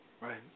Right